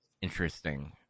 interesting